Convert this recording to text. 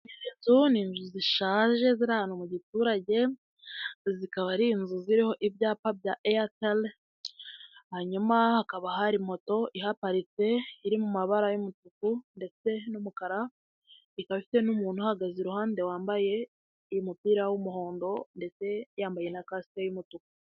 Inzu, ni inzu zishaje ziri mu giturage, zikaba ari inzu ziriho ibyapa bya Airtel, hanyuma hakaba hari moto ihaparitse iri mu mabara y'umutuku ndetse n'umukara, ikaba ifite n'umuntu uhagaze iruhande wambaye umupira w'umuhondo, ndetse yambaye na kasike y'umutuku.